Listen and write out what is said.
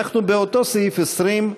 אנחנו באותו סעיף 20,